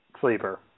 sleeper